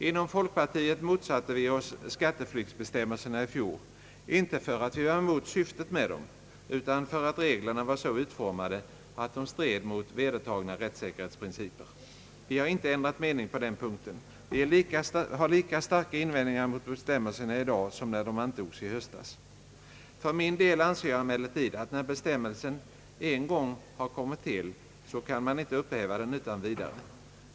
Inom folkpartiet motsatte vi oss skatteflyktsbestämmelserna i fjol, inte för att vi hade något emot syftet med dem utan för att reglerna var så utformade att de stred mot vedertagna rättssäkerhetsprinciper. Vi har inte ändrat mening på denna punkt. Vi har lika starka invändningar mot bestämmelserna i dag som när de antogs i höstas. För min del anser jag emellertid att när bestämmelsen nu en gång har kommit till kan man inte upphäva den utan vidare.